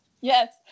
yes